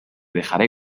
dejaré